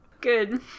Good